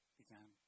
began